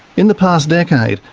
in the past decade,